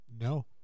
No